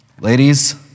Ladies